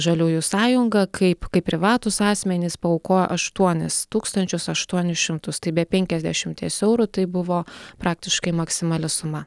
žaliųjų sąjungą kaip kaip privatūs asmenys paaukojo aštuonis tūkstančius aštuonis šimtus tai be penkiasdešimties eurų tai buvo praktiškai maksimali suma